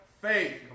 faith